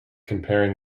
comparing